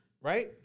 right